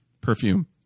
Perfume